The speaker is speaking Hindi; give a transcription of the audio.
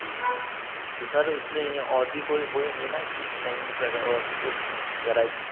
जी जी तो सर उसमें और भी कोई होएंगे ना कि नई और कुछ वेराइटी